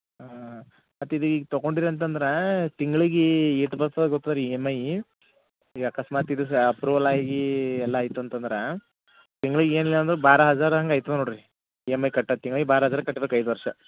ಹಾಂ ಮತ್ತು ಇದು ಈಗ ತಕೊಂಡ್ರಿ ಅಂತಂದ್ರ ತಿಂಗ್ಳಿಗೆ ಏಟ್ ಬರ್ತದ ಗೊತ್ತದರಿ ಈ ಎಮ್ ಐ ಈಗ ಆಕಸ್ಮಾತು ಇದು ಅಪ್ರೂವಲ್ಲಾಗಿ ಎಲ್ಲಾ ಆಯಿತು ಅಂತಂದ್ರ ತಿಂಗ್ಳಿಗೆ ಏನಿಲ್ಲ ಅಂದ್ರು ಬಾರಾ ಹಝಾರ್ ಹಂಗೆ ಐತದೆ ನೋಡ್ರಿ ಈ ಎಮ್ ಐ ಕಟ್ಟಕ್ಕೆ ತಿಂಗ್ಳಿಗೆ ಬಾರಾ ಹಝಾರ್ ಕಟ್ಬೇಕು ಐದು ವರ್ಷ